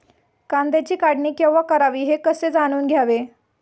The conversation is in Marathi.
कांद्याची काढणी केव्हा करावी हे कसे जाणून घ्यावे?